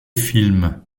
films